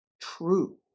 true